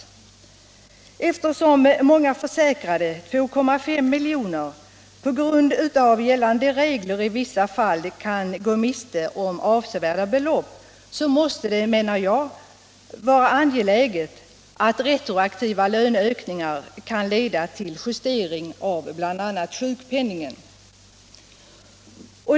Eftersom många försäkrade — 2,5 miljoner — på grund av gällande regler i vissa fall kan gå miste om avsevärda belopp måste det, menar jag, vara angeläget att retroaktiva löneökningar kan leda till justering av bl.a. sjukpenningen.